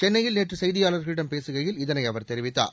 சென்னையில் நேற்று செய்தியாளர்களிடம் பேசுகையில் இதனை அவர் தெரிவித்தார்